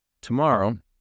tomorrow